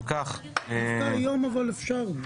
אבל דווקא היום אפשר.